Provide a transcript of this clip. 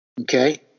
Okay